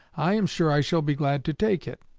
i am sure i shall be glad to take it.